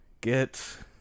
get